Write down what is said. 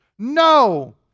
no